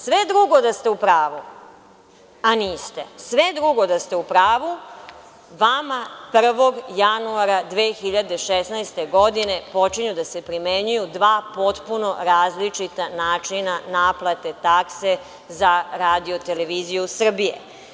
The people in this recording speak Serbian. Sve drugo da ste u pravu, a niste, sve drugo da ste u pravu, vama 1. januara 2016. godine počinju da se primenjuju dva potpuno različita načina naplate takse za Radio-televiziju Srbije.